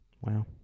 Wow